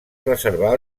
reservar